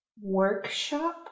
workshop